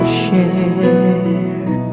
share